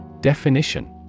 Definition